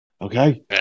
Okay